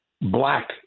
black